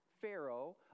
pharaoh